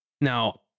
Now